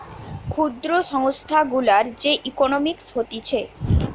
ক্ষুদ্র সংস্থা গুলার যে ইকোনোমিক্স হতিছে